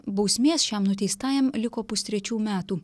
bausmės šiam nuteistajam liko pustrečių metų